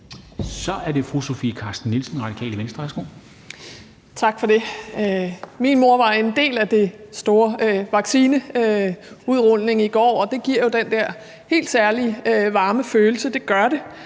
Kl. 13:41 Sofie Carsten Nielsen (RV): Tak for det. Min mor var en del af den store vaccineudrulning i går, og det giver jo den der helt særlige varme følelse.